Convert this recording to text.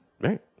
Right